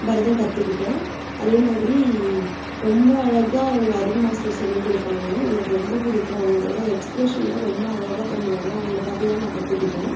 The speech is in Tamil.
பரதம் கற்றுக்கிட்டேன் அதேமாதிரி ரொம்ப அழகாக எங்கள் அருண் மாஸ்டர் சொல்லிக் கொடுப்பாங்க எனக்கு ரொம்ப பிடிக்கும் அவங்களோட எக்ஸ்பிரெஷன்லாம் ரொம்ப அழகாக பண்ணுவாங்க அவங்கள பார்த்துதான் நான் கற்றுக்கிட்டேன்